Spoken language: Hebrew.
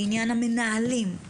לעניין המנהלים,